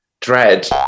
dread